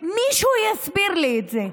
שמישהו יסביר לי את זה.